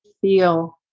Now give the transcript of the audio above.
feel